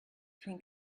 between